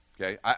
okay